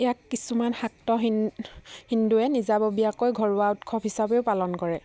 ইয়াক কিছুমান শাক্ত হিন্দুৱে নিজাববীয়াকৈ ঘৰুৱা উৎসৱ হিচাপেও পালন কৰে